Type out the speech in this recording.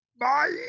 bye